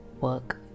work